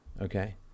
Okay